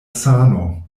sano